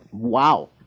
Wow